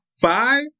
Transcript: five